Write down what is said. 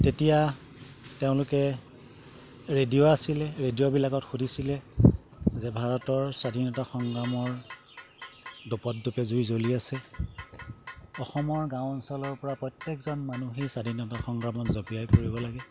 তেতিয়া তেওঁলোকে ৰেডিঅ' আছিলে ৰেডিঅ'বিলাকত শুনিছিলে যে ভাৰতৰ স্বাধীনতা সংগ্ৰামৰ দোপতদোপে জুই জ্বলি আছে অসমৰ গাঁও অঞ্চলৰপৰা প্ৰত্যেকজন মানুহেই স্বাধীনতা সংগ্ৰামত জঁপিয়াই পৰিব লাগে